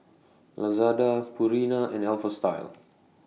Lazada Purina and Alpha Style